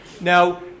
Now